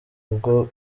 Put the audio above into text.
bwo